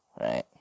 right